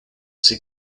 ses